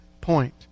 point